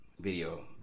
video